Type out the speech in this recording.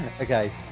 Okay